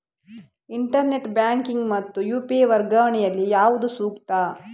Internet banking ಮತ್ತು UPI ವರ್ಗಾವಣೆ ಯಲ್ಲಿ ಯಾವುದು ಸೂಕ್ತ?